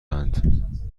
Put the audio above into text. اند